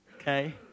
Okay